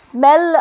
Smell